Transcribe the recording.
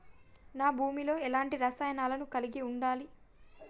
నా భూమి లో ఎలాంటి రసాయనాలను కలిగి ఉండాలి?